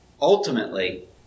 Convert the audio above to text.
ultimately